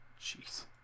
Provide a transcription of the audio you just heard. Jeez